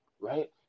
right